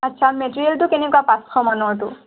আচ্ছা মেটেৰিয়েলটো কেনেকুৱা পাঁচশ মানৰটো